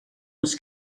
les